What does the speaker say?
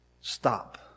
Stop